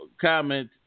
comment